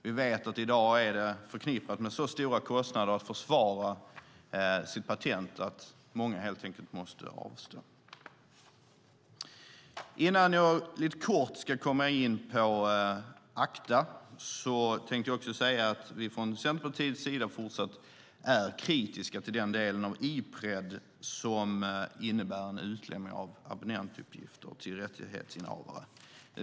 Vi vet att i dag är det förknippat med så stora kostnader att försvara sitt patent att många helt enkelt måste avstå. Innan jag lite kort ska komma in på ACTA tänkte jag också säga att vi från Centerpartiets sida fortsatt är kritiska till den del av Ipred som innebär en utlämning av abonnentuppgifter till rättighetsinnehavare.